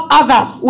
others